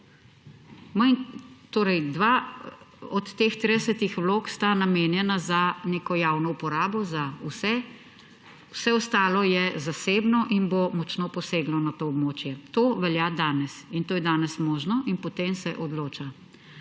tridesetih vlog sta namenjeni za neko javno uporabo za vse, vse ostalo je zasebno in bo močno poseglo na to območje. To velja danes in to je danes mogoče in po tem se odloča.